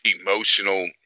emotional